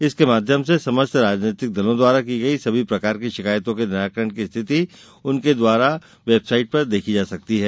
इसके माध्यम से समस्त राजनैतिक दलों द्वारा की गई सभी प्रकार की शिकायतों के निराकरण की स्थिति उनके द्वारा वेबसाइट पर देखी जा सकती है